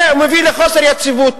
זה מביא לחוסר יציבות.